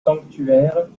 sanctuaires